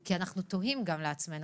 כי אנחנו תוהים גם לעצמנו,